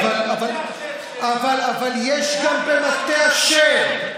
אבל יש גם במטה אשר,